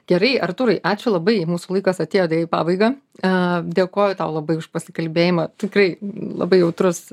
gerai artūrai ačiū labai mūsų laikas atėjo į pabaigą a dėkoju tau labai už pasikalbėjimą tikrai labai jautrus